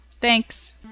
Thanks